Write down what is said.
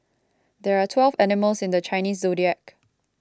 there are twelve animals in the Chinese zodiac